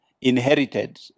inherited